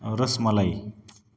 rasmalai